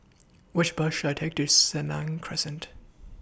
Which Bus should I Take to Senang Crescent